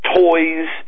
toys